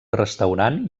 restaurant